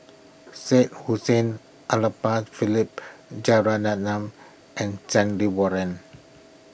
Syed Hussein Philip Jeyaretnam and Stanley Warren